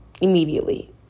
immediately